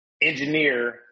engineer